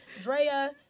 Drea